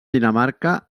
dinamarca